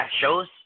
shows